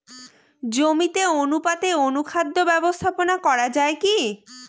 জমিতে অনুপাতে অনুখাদ্য ব্যবস্থাপনা করা য়ায় কি?